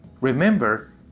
remember